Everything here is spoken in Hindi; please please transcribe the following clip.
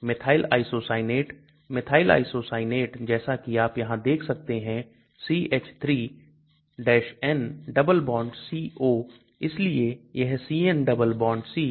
Methyl isocyanate methyl isocyanate जैसा कि आप यहां देख सकते हैं CH3 N double bond CO इसलिए यह CN डबल बॉन्ड C